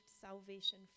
salvation